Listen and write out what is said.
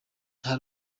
nta